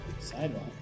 Sidewalk